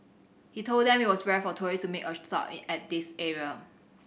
he told them it was rare for tourists to make a stop at this area